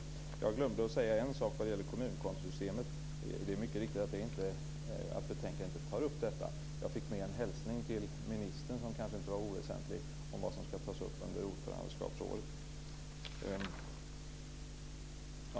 Jag glömde att säga en sak vad gäller kommunkontosystemet. Det är mycket riktigt att betänkandet inte tar upp detta. Jag fick med en hälsning till ministern som kanske inte är oväsentlig om vad som ska tas upp under ordförandeskapsåret.